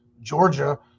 Georgia